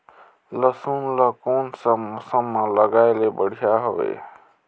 लसुन ला कोन सा मौसम मां लगाय ले बढ़िया हवे?